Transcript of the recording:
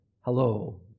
hello